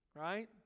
Right